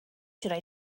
should